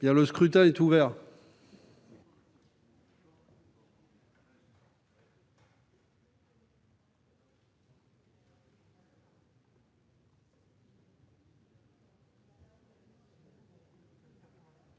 Le scrutin est ouvert.